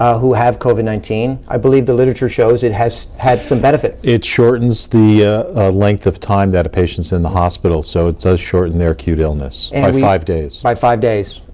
who have covid nineteen. i believe the literature shows it has had some benefit. it shortens the length of time that a patient's in the hospital, so it does shorten their acute illness and by five days. by five days,